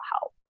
help